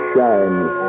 shines